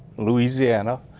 louisiana,